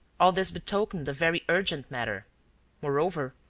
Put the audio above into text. all this betokened a very urgent matter moreover,